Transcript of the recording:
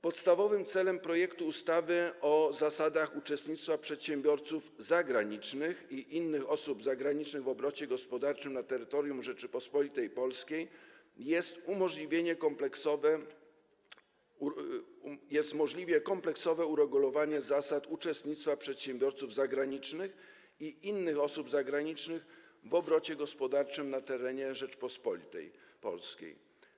Podstawowym celem projektu ustawy o zasadach uczestnictwa przedsiębiorców zagranicznych i innych osób zagranicznych w obrocie gospodarczym na terytorium Rzeczypospolitej Polskiej jest możliwie kompleksowe uregulowanie zasad uczestnictwa przedsiębiorców zagranicznych i innych osób zagranicznych w obrocie gospodarczym na terenie Rzeczypospolitej Polskiej.